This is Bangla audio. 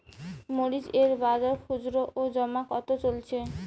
মরিচ এর বাজার খুচরো ও জমা কত চলছে?